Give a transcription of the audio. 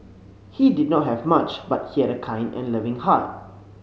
he did not have much but he had a kind and loving heart